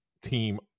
team